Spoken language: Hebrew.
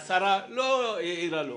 השרה לא העירה לו.